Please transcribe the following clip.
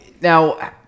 now